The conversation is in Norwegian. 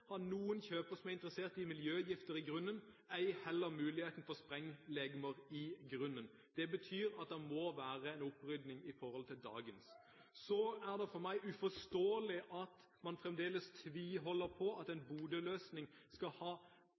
ha noen kjøper som er interessert i miljøgifter i grunnen – ei heller muligheter for sprenglegemer i grunnen. Det betyr at det må skje en opprydding i forhold til dagens tilstand. Så er det for meg uforståelig at man fremdeles tviholder på at en Bodø-løsning skal ha